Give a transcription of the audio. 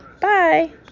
Bye